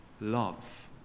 Love